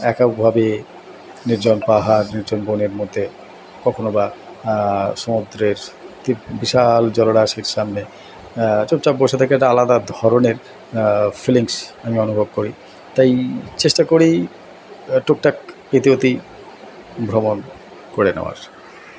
এককভাবে নির্জন পাহাড় নির্জন বনের মধ্যে কখনো বা সমুদ্রের বিশাল জলরাশির সামনে চুপচাপ বসে থেকে একটা আলাদা ধরনের ফিলিংস আমি অনুভব করি তাই চেষ্টা করি টুকটাক ইতি উতি ভ্রমণ করে নেওয়ার